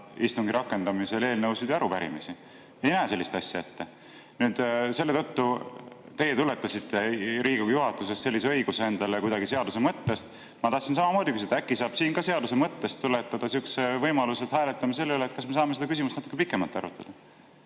istungi rakendamise ajal eelnõusid ja arupärimisi. Ei näe sellist asja ette. Teie tuletasite Riigikogu juhatuses sellise õiguse endale kuidagi seaduse mõttest. Ma tahtsin samamoodi küsida, et äkki saab siin ka seaduse mõttest tuletada sellise võimaluse, et hääletame selle üle, kas me saame seda küsimust natuke pikemalt arutada.